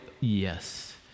yes